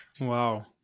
Wow